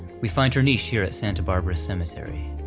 we find her niche here at santa barbara cemetery.